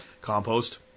compost